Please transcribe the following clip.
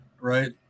right